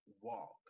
Walk